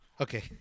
Okay